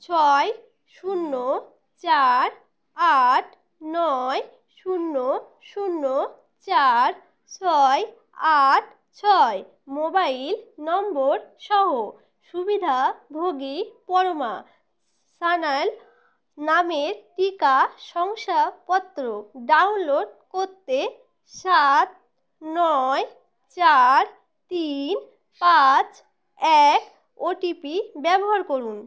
ছয় শূন্য চার আট নয় শূন্য শূন্য চার ছয় আট ছয় মোবাইল নম্বরসহ সুবিধাভোগী পরমা সান্যাল নামের টিকা শংসাপত্র ডাউনলোড করতে সাত নয় চার তিন পাঁচ এক ওটিপি ব্যবহার করুন